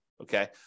Okay